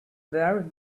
were